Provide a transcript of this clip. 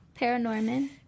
Paranorman